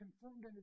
confirmed